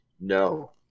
No